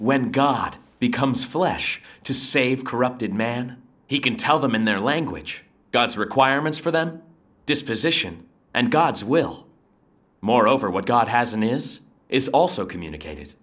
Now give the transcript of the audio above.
when god becomes flesh to save corrupted man he can tell them in their language god's requirements for them disposition and god's will moreover what god has in his is also communicate